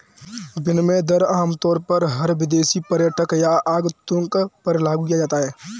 विनिमय दर आमतौर पर हर विदेशी पर्यटक या आगन्तुक पर लागू किया जाता है